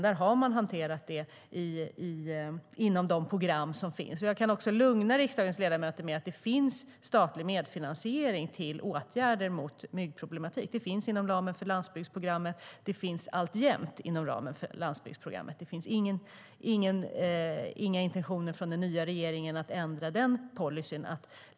Där har man hanterat det inom de program som finns. Jag kan lugna riksdagens ledamöter med att säga att det finns statlig medfinansiering till åtgärder mot myggproblematik. Det finns alltjämt inom ramen för landsbygdsprogrammet. Det finns inga intentioner från den nya regeringen att ändra denna policy.